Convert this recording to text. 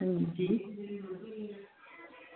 अंजी